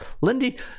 Lindy